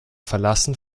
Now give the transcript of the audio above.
verlassen